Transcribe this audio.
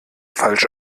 falsch